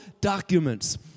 documents